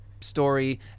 story